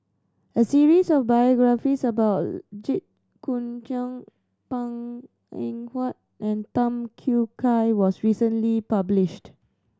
a series of biographies about Jit Koon Ch'ng Png Eng Huat and Tham Yui Kai was recently published